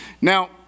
Now